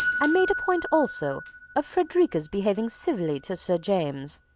i made a point also of frederica's behaving civilly to sir james,